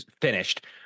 finished